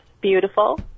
Beautiful